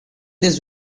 this